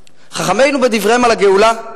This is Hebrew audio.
חכמינו, בדבריהם על הגאולה,